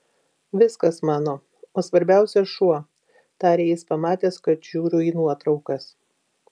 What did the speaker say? viskas mano o svarbiausia šuo tarė jis pamatęs kad žiūriu į nuotraukas